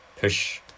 push